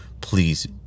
Please